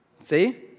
See